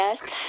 Yes